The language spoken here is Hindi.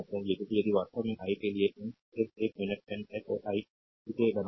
क्योंकि यदि वास्तव में i के लिए n सिर्फ एक मिनट n है तो आई इसे बनाऊंगा